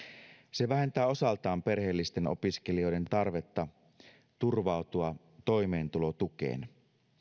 se vähentää osaltaan perheellisten opiskelijoiden tarvetta turvautua toimeentulotukeen